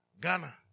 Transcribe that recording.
Ghana